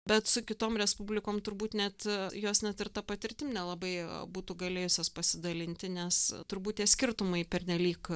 bet su kitom respublikom turbūt net jos net ir tą patirtim nelabai būtų galėjusios pasidalinti nes turbūt tie skirtumai pernelyg